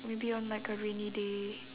maybe on like a rainy day